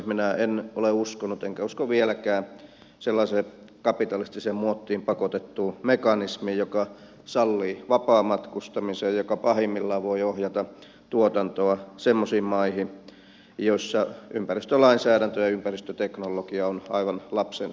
minä en ole uskonut enkä usko vieläkään sellaiseen kapitalistiseen muottiin pakotettuun mekanismiin joka sallii vapaamatkustamisen joka pahimmillaan voi ohjata tuotantoa semmoisiin maihin joissa ympäristölainsäädäntö ja ympäristöteknologia ovat aivan lapsenkengissä